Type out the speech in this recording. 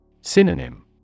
Synonym